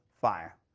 fire